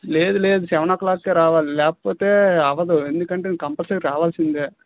లేదు లేదు సెవెన్ ఓ క్లాక్కే రావాలి లేకపోతే అవదు ఎందుకంటే నువు కంపల్సరీ రావాల్సిందే